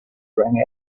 rang